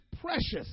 precious